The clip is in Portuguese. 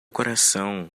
coração